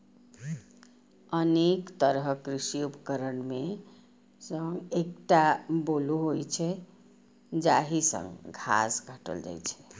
अनेक तरहक कृषि उपकरण मे सं एकटा बोलो होइ छै, जाहि सं घास काटल जाइ छै